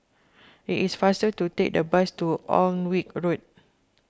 it is faster to take the bus to Alnwick Road